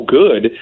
good